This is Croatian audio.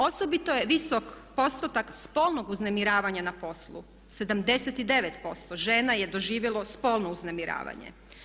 Osobito je visok postotak spolnog uznemiravanja na poslu, 79% žena je doživjelo spolno uznemiravanje.